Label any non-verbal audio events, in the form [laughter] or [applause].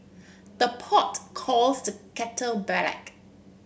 the pot calls the kettle [unintelligible]